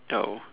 oh